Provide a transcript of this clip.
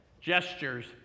gestures